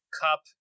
Cup